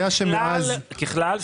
ככלל,